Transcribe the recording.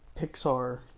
Pixar